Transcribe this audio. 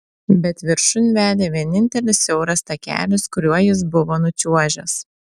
bet viršun vedė vienintelis siauras takelis kuriuo jis buvo nučiuožęs